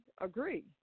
agree